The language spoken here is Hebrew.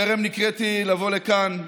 טרם נקראתי לבוא לכאן,